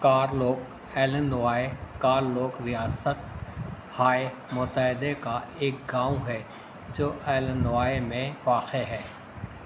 Carlock Illinois Carlock ریاست ہائے متحدہ کا ایک گاؤں ہے جو الینوائے میں واقع ہے